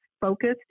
focused